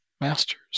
Masters